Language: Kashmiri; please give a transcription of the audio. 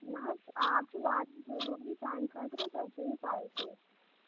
نہَ حظ آب چھُ واریاہ ضروٗری سانہِ خٲطرٕ تُہۍ چھَو یہِ پے تہِ